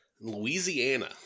Louisiana